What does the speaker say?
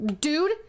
dude